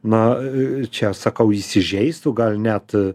na čia sakau įsižeistų gal net